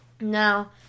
Now